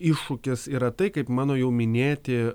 iššūkis yra tai kaip mano jau minėti